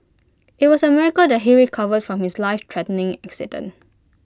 IT was A miracle that he recovered from his lifethreatening accident